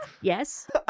Yes